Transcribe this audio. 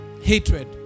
hatred